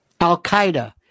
Al-Qaeda